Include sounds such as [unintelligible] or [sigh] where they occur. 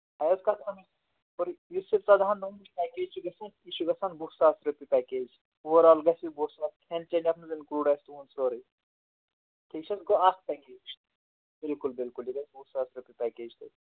[unintelligible] سورُے یُس یہِ ژۄدٕہَن دۄہن ہُند پیکیج چھِ گژھان یہِ چھِ گژھان وُہ ساس رۄپیہِ پیکیج اوٚوَر آل گژھِ یہِ وُہ ساس کھٮ۪ن چٮ۪ن یَتھ منٛز اِنکٕلوٗڈ آسہِ تُہُنٛد سورُے ٹھیٖک چھِ حظ گوٚو اَکھ پیکیج بِلکُل بِلکُل یہِ گژھِ وُہ ساس رۄپیہِ پیکیج [unintelligible]